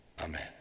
Amen